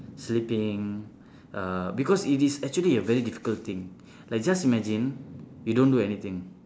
sleeping uh because it is actually a very difficult thing like just imagine you don't do anything